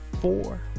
four